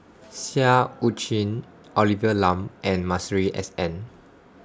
Seah EU Chin Olivia Lum and Masuri S N